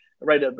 right